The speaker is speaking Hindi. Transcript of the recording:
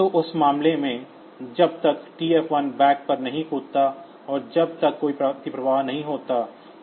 तो उस मामले में जब तक TF1 back पर नहीं कूदता है जब तक कोई अतिप्रवाह नहीं होता है